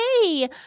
hey